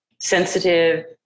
sensitive